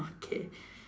okay